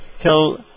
tell